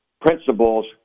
principles